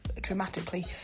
dramatically